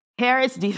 Harris